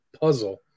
puzzle